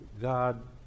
God